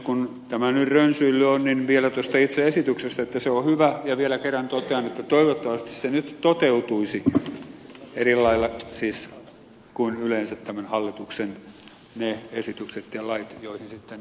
kun tämä nyt rönsyillyt on niin vielä tuosta itse esityksestä että se on hyvä ja vielä kerran totean että toivottavasti se nyt toteutuisi siis eri lailla kuin yleensä tämmöiset hallituksen ne esitykset ja lait joihin sitten ed